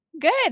Good